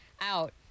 out